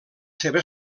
seva